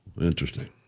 Interesting